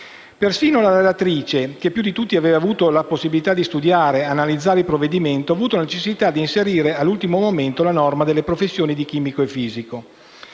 Perfino la relatrice, che più di tutti ha avuto la possibilità di studiare e analizzare il provvedimento, ha avuto la necessità di inserire all'ultimo momento la norma sulle professioni di chimico e fisico.